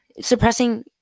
suppressing